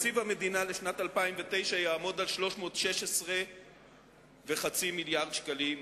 תקציב המדינה לשנת 2009 יעמוד על 316.5 מיליארד שקלים.